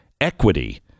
equity